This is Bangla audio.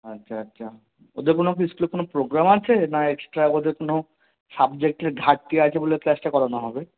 আচ্ছা আচ্ছা ওদের কোনো কি স্কুলে কোনো প্রোগ্রাম আছে না এক্সট্রা ওদের কোনো সাবজেক্টের ঘাটতি আছে বলে ক্লাসটা করানো হবে